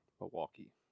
Milwaukee